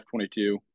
F-22